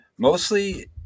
Mostly